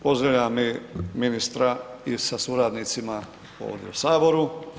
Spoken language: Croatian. Pozdravljam i ministra sa suradnicima ovdje u saboru.